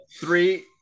Three